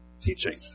teaching